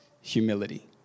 humility